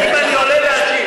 אם אני עולה להשיב?